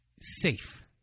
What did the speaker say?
safe